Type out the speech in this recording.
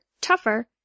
tougher